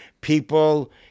people